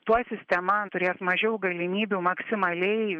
tuo sistema turės mažiau galimybių maksimaliai